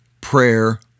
prayer